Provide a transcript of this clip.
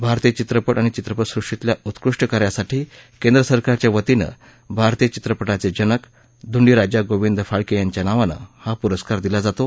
भारतीय चित्रपट आणि चित्रपट सृष्टीतल्या उत्कृष्ट कार्यासाठी केंद्र सरकारच्या वतीनं भारतीय वित्रपटाचज्ञिनक धुंडीराजा गोविद फाळक विंच्या नावानं हा पुरस्कार दिला जातो